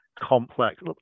complex